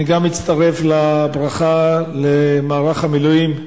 אני גם מצטרף לברכה למערך המילואים,